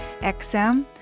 xm